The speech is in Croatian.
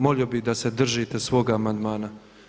Molio bih da se držite svoga amandmana.